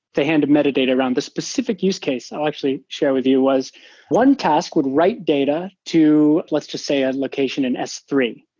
they handed metadata around. the specific use case i'll actually share with you was one task would write data to let's just say a location and s three,